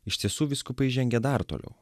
iš tiesų vyskupai žengė dar toliau